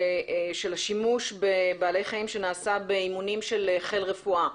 של השימוש בבעלי חיים שנעשה באימונים של חיל רפואה,